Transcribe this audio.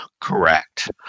Correct